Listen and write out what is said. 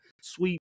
sweep